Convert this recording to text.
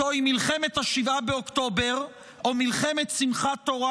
זוהי מלחמת 7 באוקטובר או מלחמת שמחת תורה,